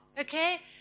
Okay